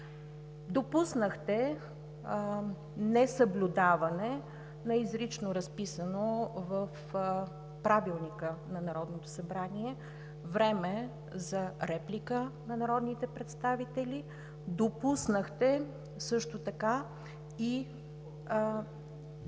Допуснахте несъблюдаване на изрично разписано в Правилника на Народното събрание време за реплика на народните представители, допуснахте също така – и